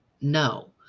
no